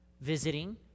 visiting